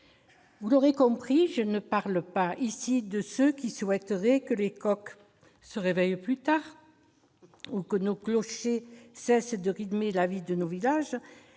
Vous l'aurez compris : je ne suis pas en train de parler de ceux qui souhaiteraient que les coqs se réveillent plus tard ou que nos clochers cessent de rythmer la vie de nos villages,